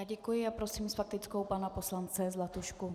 Děkuji a prosím s faktickou pana poslance Zlatušku.